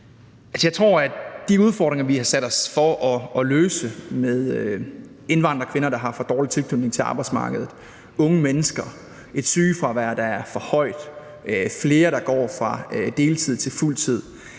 Jeg tror, at de udfordringer, vi har sat os for at løse – indvandrerkvinder, der har for dårlig tilknytning til arbejdsmarkedet; unge mennesker; et sygefravær, der er for højt; flere, der skal gå fra deltid til fuldtid